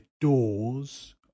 doors